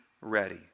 ready